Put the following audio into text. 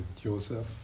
Joseph